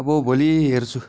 अब भोलि हेर्छु